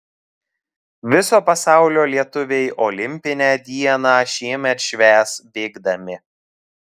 viso pasaulio lietuviai olimpinę dieną šiemet švęs bėgdami